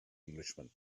englishman